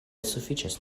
sufiĉas